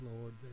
Lord